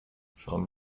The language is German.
schauen